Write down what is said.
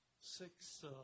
Six